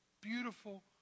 beautiful